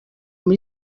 muri